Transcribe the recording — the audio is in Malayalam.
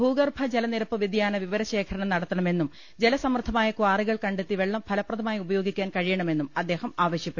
ഭൂഗർഭജ ലനിരപ്പ് വൃതിയാന വിവരശേഖരണം നടത്തണമെന്നും ജലസമൃദ്ധമാ യ കാറികൾ കണ്ടെത്തി വെള്ളം ഫലപ്രദമായി ഉപയോഗിക്കാൻ കഴിയ ണമെന്നും അദ്ദേഹം ആവശ്യപ്പെട്ടു